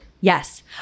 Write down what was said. Yes